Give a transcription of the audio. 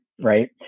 Right